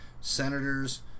senators